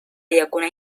llacuna